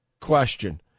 question